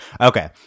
okay